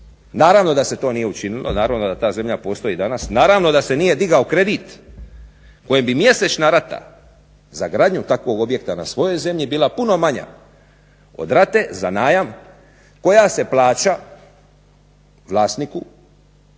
Naravno da se to nije učinilo, naravno da ta zemlja postoji i danas, naravno da se nije digao kredit kojem bi mjesečna rata za gradnju takvog objekta na svojoj zemlji bila puno manja od rate za najam koja se plaća vlasniku